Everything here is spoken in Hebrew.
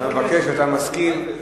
אתה מבקש, אתה מסכים.